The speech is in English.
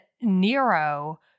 Nero